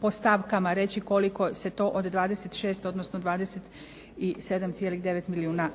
po stavkama reći koliko se to od 26 odnosno 27,9 milijuna